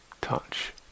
touch